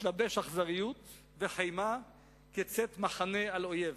יתלבש אכזריות וחימה כצאת מחנה על אויב".